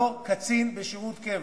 לא קצין בשירות קבע,